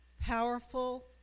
powerful